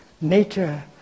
nature